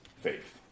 faith